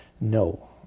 No